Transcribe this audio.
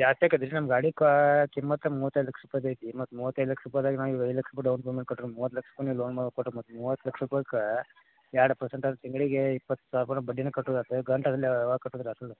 ಜಾಸ್ತಿ ಆಗತ್ ರೀ ನಮ್ಮ ಗಾಡಿಕೆ ಕಿಮ್ಮತ್ತು ಮೂವತ್ತೈದು ಲಕ್ಷ ರೂಪಾಯ್ದು ಐತಿ ಮತ್ತು ಮೂವತ್ತೈದು ಲಕ್ಷ ರೂಪಾಯ್ದಾಗೆ ನಾನು ಈಗ ಐದು ಲಕ್ಷ ರೂಪಾಯಿ ಡೌನ್ಪೇಮೆಂಟ್ ಕಟ್ದ್ರ್ ಮೂವತ್ತು ಲಕ್ಷ ರೂಪಾಯಿ ನೀವು ಲೋನ್ ಮಾಡ್ಕೊಟ್ರೆ ಮತ್ತೆ ಮೂವತ್ತು ಲಕ್ಷ ರೂಪಾಯ್ಕೆ ಎರಡು ಪರ್ಸೆಂಟ್ ಆದ್ರೆ ತಿಂಗಳಿಗೆ ಇಪ್ಪತ್ತು ಸಾವಿರ ರೂಪಾಯ್ನ್ನು ಬಡ್ಡಿನೇ ಕಟ್ಟೋದ್ ಆಯ್ತ್